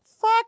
fuck